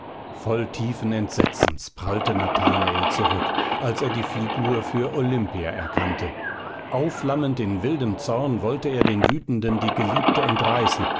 voll tiefen entsetzens prallte nathanael zurück als er die figur für olimpia erkannte aufflammend in wildem zorn wollte er den wütenden die geliebte entreißen